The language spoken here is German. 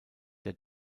der